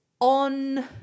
on